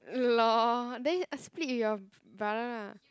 lol then split with your b~ brother lah